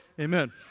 Amen